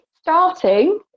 starting